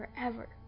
Forever